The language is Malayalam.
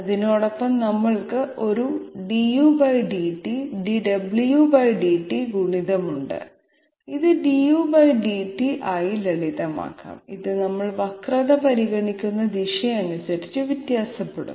അതിനോടൊപ്പം നമ്മൾക്ക് ഒരു dudt dwdt ഗുണിതം ഉണ്ട് ഇത് dudw ആയി ലളിതമാക്കാം ഇത് നമ്മൾ വക്രത പരിഗണിക്കുന്ന ദിശയനുസരിച്ച് വ്യത്യാസപ്പെടുന്നു